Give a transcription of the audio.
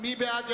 מי בעד?